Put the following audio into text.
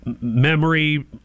memory